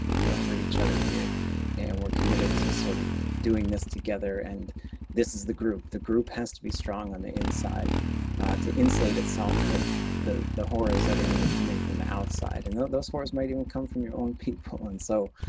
we don't hurt each other here and we're committed to sort of doing this together and this is the group, the group has to be strong on the inside to insulate itself for the the horrors that are gonna be coming from the outside and those horrors might even come from your own people and so,